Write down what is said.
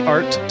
Art